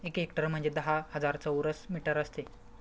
एक हेक्टर म्हणजे दहा हजार चौरस मीटर असते